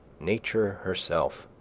nature herself!